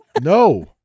no